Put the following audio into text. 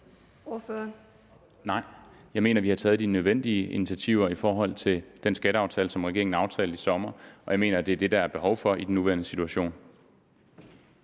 Nej, jeg mener, at vi har taget de nødvendige initiativer i forbindelse med den skatteaftale, som regeringen aftalte i sommer. Og jeg mener, at det er det, der er behov for i den nuværende situation.